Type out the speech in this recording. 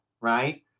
right